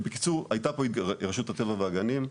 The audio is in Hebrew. רשות הטבע והגנים.